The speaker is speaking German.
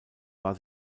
war